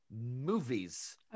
Movies